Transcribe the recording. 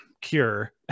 cure